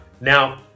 Now